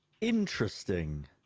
Interesting